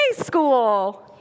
school